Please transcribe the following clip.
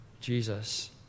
Jesus